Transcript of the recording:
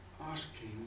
asking